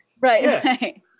Right